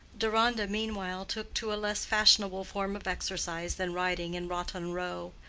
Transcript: deronda meanwhile took to a less fashionable form of exercise than riding in rotten row.